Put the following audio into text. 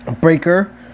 Breaker